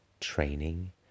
training